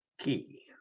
Key